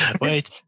Wait